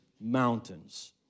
mountains